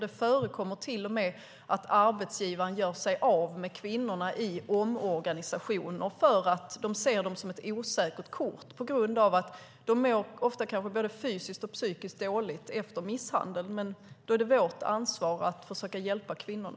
Det förekommer till och med att arbetsgivaren gör sig av med kvinnorna i omorganisationer eftersom de ser dem som ett osäkert kort. De mår ofta kanske både fysiskt och psykiskt dåligt efter misshandeln. Då är det vårt ansvar att försöka hjälpa kvinnorna.